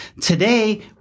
Today